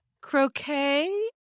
croquet